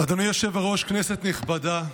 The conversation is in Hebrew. אדוני היושב בראש, כנסת נכבדה,